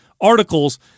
articles –